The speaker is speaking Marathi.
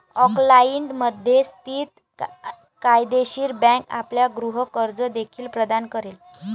ऑकलंडमध्ये स्थित फायदेशीर बँक आपल्याला गृह कर्ज देखील प्रदान करेल